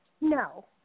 No